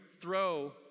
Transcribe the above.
throw